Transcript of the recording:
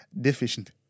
deficient